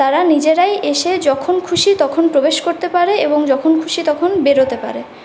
তারা নিজেরাই এসে যখন খুশি তখন প্রবেশ করতে পারে এবং যখন খুশি তখন বেরোতে পারে